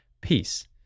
peace